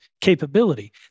capability